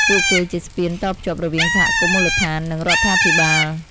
ពួកគេជាស្ពានតភ្ជាប់រវាងសហគមន៍មូលដ្ឋាន និងរដ្ឋាភិបាល។